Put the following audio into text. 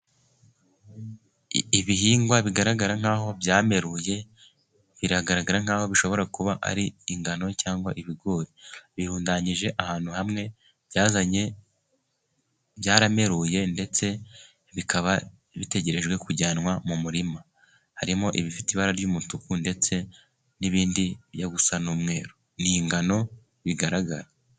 Ibihingwa bigaragara nk'aho byameruye, biragaragara nk'aho bishobora kuba ari ingano cyangwa ibigori. Birundanyije ahantu hamwe byazanye, byarameruye ndetse bikaba bitegerejwe kujyanwa mu murima . Harimo ibifite ibara ry'umutuku, ndetse n'ibindi bijya gusa n'umweru. Ni ingano bigaragara.